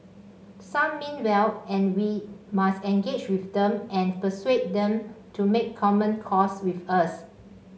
some mean well and we must engage with them and persuade them to make common cause with us